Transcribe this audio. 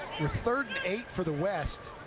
third and eight for the west.